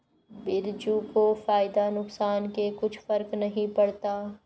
बिरजू को फायदा नुकसान से कुछ फर्क नहीं पड़ता